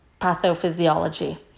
pathophysiology